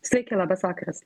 sveiki labas vakaras